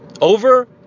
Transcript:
over